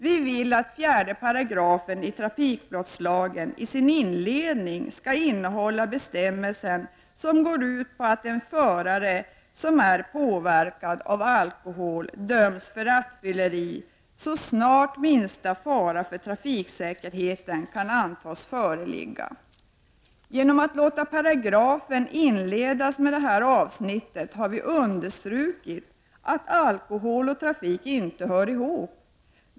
Vi vill att 4 § trafikbrottslageni sin inledning skall innehålla en bestämmelse, som går ut på att en förare som är påverkad av alkohol skall dömas för rattfylleri så snart minsta fara för trafiksäkerheten kan antas föreligga. Genom att låta paragrafen inledas med ett sådant avsnitt har vi understrukit att alkohol och trafik inte hör ihop.